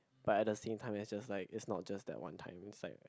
but at the same time it's just like it's not just that one time it's like